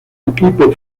equipo